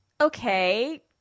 Okay